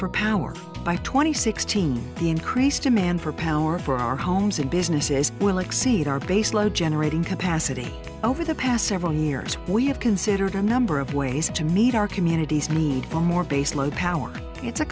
for power by twenty sixteen the increased demand for power for our homes and businesses will exceed our base load generating capacity over the past several years we have considered a number of ways to meet our communities need for more base load power it's a